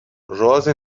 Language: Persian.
رازی